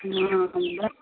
हँ